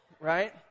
right